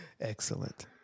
excellent